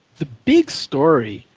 the big story,